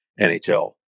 nhl